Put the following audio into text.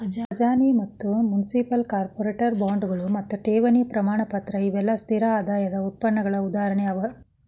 ಖಜಾನಿ ಮತ್ತ municipal, corporate ಬಾಂಡ್ಗಳು ಮತ್ತು ಠೇವಣಿ ಪ್ರಮಾಣಪತ್ರ ಇವೆಲ್ಲಾ ಸ್ಥಿರ ಆದಾಯದ್ ಉತ್ಪನ್ನಗಳ ಉದಾಹರಣೆ ಅವ